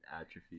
atrophy